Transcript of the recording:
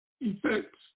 effects